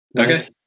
okay